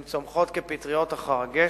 הם צומחים כפטריות לאחר הגשם,